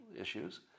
issues